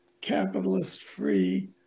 capitalist-free